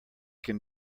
can